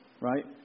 Right